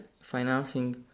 financing